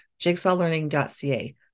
jigsawlearning.ca